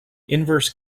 inverse